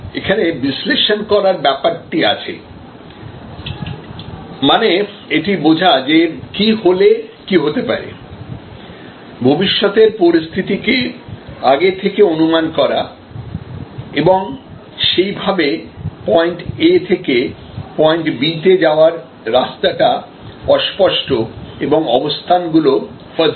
এখানে বিশ্লেষণ করার ব্যাপারটি আছে মানে এটা বোঝা যে কি হলে কি হতে পারে ভবিষ্যতের পরিস্থিতিকে আগে থেকে অনুমান করা এবং সেই ভাবে পয়েন্ট A থেকে পয়েন্ট B তে যাওয়ার রাস্তাটা অস্পষ্ট এবং অবস্থান গুলি ফাজি